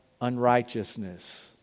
unrighteousness